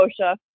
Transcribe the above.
OSHA